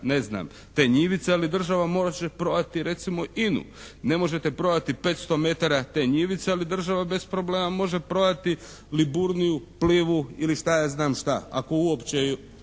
ne znam te njivice, ali država morat će prodati recimo INA-u. Ne možete prodati 500 metara te njivice ali država bez problema može prodati Liburniju, Plivu ili šta ja znam šta,